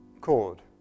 chord